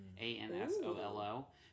A-N-S-O-L-O